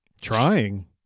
trying